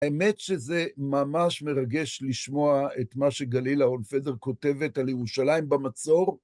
האמת שזה ממש מרגש לשמוע את מה שגלילה רון פדר כותבת על ירושלים במצור.